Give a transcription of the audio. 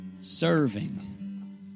serving